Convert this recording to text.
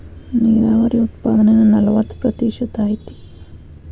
ನೇರಾವರಿ ಉತ್ಪಾದನೆ ನಲವತ್ತ ಪ್ರತಿಶತಾ ಐತಿ